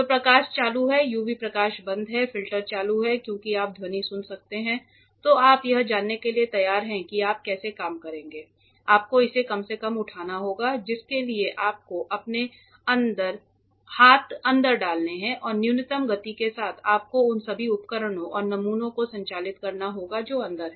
तो प्रकाश चालू है यूवी प्रकाश बंद है फिल्टर चालू है क्योंकि आप ध्वनि सुन सकते हैं तो आप यह जानने के लिए तैयार हैं कि आप कैसे काम करेंगे आपको इसे कम से कम उठाना होगा जिसके लिए आपको अपने हाथ अंदर डालने हैं और न्यूनतम गति के साथ आपको उन सभी उपकरणों और नमूनों को संचालित करना होगा जो अंदर हैं